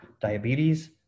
diabetes